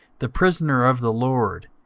the prisoner of the lord,